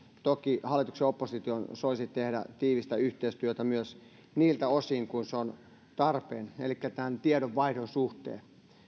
toki hallituksen ja opposition soisi tekevän tiivistä yhteistyötä niiltä osin kuin se on tarpeen myös tiedonvaihdon suhteen